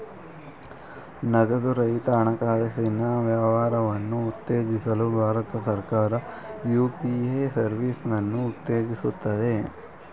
ನಗದು ರಹಿತ ಹಣಕಾಸಿನ ವ್ಯವಹಾರವನ್ನು ಉತ್ತೇಜಿಸಲು ಭಾರತ ಸರ್ಕಾರ ಯು.ಪಿ.ಎ ಸರ್ವಿಸನ್ನು ಉತ್ತೇಜಿಸುತ್ತದೆ